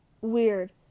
weird